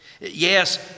Yes